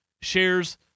shares